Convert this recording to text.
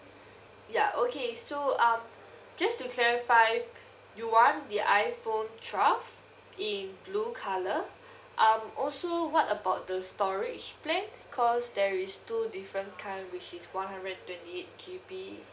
ya okay so um just to clarify you want the iphone twelve in blue colour um also what about the storage plan cause there is two different kind which is one hundred and twenty eight G_B